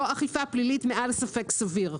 לא אכיפה פלילית מעל ספק סביר.